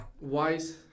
Wise